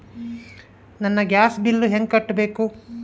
ನನ್ನ gas bill ಹೆಂಗ ಕಟ್ಟಬೇಕು?